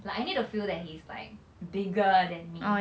like I need to feel that he's like bigger than me